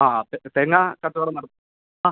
ആ തേങ്ങ കച്ചവടം ആ